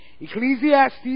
Ecclesiastes